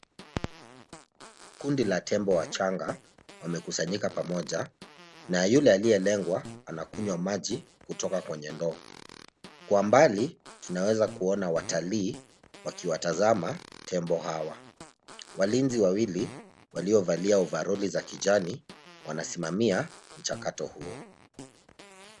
Kundi la tembo wachanga wamekusanyika pamoja na yule aliyelengwa anakunywa maji kutoka kwa ndoo. Kwa mbali tunaweza kuona watalii wakiwatazama tembo hawa. Walinzi wawili waliovalia aproni za kijani wanasimamia mchakato huu.